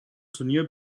turnier